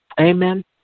amen